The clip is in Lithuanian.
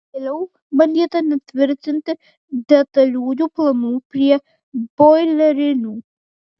vėliau bandyta netvirtinti detaliųjų planų prie boilerinių